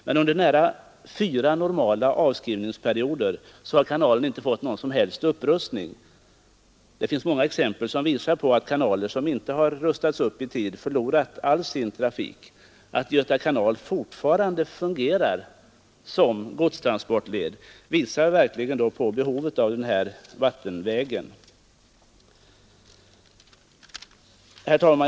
Men under nära fyra normala avskrivningsperioder har kanalen inte fått någon som helst upprustning, och många exempel visar på att kanaler som inte har upprustats i tid förlorat all sin trafik, Att Göta kanal fortfarande fungerar såsom godstrafikled visar verkligen på behovet av denna vattenväg. Herr talman!